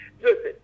listen